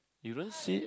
you don't see